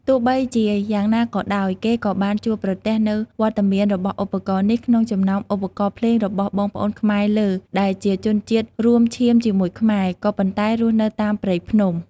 ទោះបីជាយ៉ាងណាក៏ដោយ គេក៏បានជួបប្រទះនូវវត្តមានរបស់ឧបករណ៍នេះ ក្នុងចំណោមឧបករណ៍ភ្លេងរបស់បងប្អូនខ្មែរលើ ដែលជាជនជាតិរួមឈាមជាមួយខ្មែរ ក៏ប៉ុន្តែរស់នៅតាមព្រៃភ្នំ។